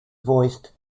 voiced